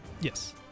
Yes